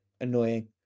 annoying